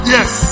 Yes